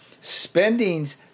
spending's